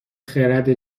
خرد